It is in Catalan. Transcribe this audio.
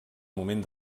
moment